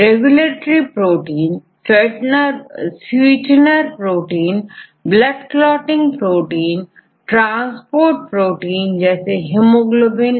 regulatory protein sweetener protein blood clotting protein transport protein जैसे haemoglobin